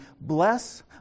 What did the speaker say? bless